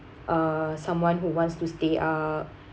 uh someone who wants to stay up